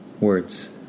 words